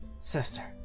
Sister